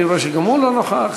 אני רואה שגם הוא לא נוכח.